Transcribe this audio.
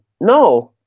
no